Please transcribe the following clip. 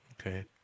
Okay